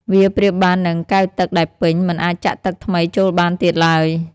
វាប្រៀបបាននឹង កែវទឹកដែលពេញ មិនអាចចាក់ទឹកថ្មីចូលបានទៀតឡើយ។